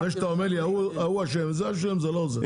זה שאתה אומר לי ההוא אשם וזה אשם, זה לא עוזר.